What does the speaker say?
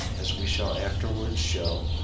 as we shall afterwards show,